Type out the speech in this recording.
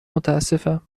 متاسفم